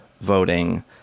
voting